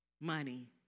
money